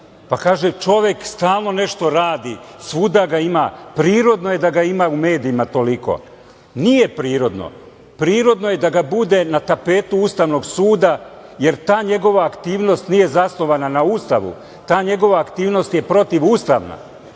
pa kaže - čovek stalno nešto radi, svuda ga ima, prirodno je da ga ima u medijima toliko. Nije prirodno, prirodno je da ga bude na tapetu Ustavnog suda, jer ta njegova aktivnost nije zasnovana na Ustavu, ta njegova aktivnost je protivustavna.